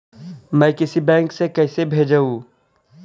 मैं किसी बैंक से कैसे भेजेऊ